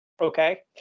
Okay